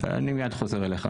15 אנחנו מפעילים היום.